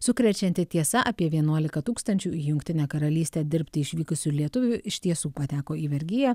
sukrečianti tiesa apie vienuolika tūkstančių į jungtinę karalystę dirbti išvykusių lietuvių iš tiesų pateko į vergiją